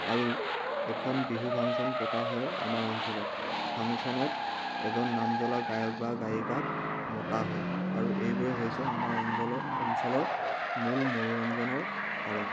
আৰু এখন বিহু ফাংচন পতা হয় আমাৰ অঞ্চলত ফাংচনত এজন নাম জ্বলা গায়ক বা গায়িকাক মতা হয় আৰু এইবোৰে হৈছে আমাৰ অঞ্জলৰ অঞ্চলৰ মূল মনোৰঞ্জনৰ কাৰক